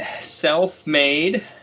self-made